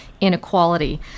inequality